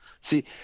See